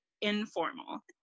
informal